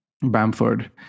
Bamford